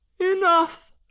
Enough